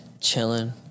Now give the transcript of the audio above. chilling